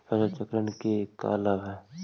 फसल चक्रण के का लाभ हई?